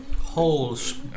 holes